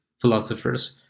philosophers